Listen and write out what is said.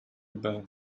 burn